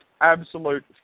absolute